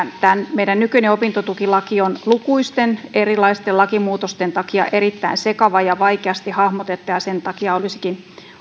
että tämä meidän nykyinen opintotukilaki on lukuisten erilaisten lakimuutosten takia erittäin sekava ja vaikeasti hahmotettavissa ja sen takia olisikin